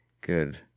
good